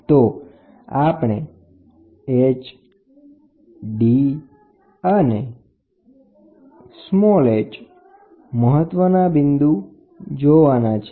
તો આપણે Hd અને h મહત્વના બિંદુ જોવાના છે